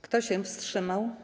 Kto się wstrzymał?